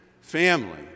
family